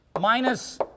minus